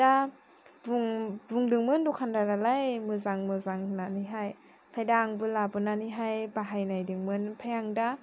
दा बुंदोंमोन दखानदारालाय मोजां मोजां होननानैहाय ओमफ्राय दा आंबो लाबोनानैहाय बाहायनायदोंमोन ओमफ्राय आं दा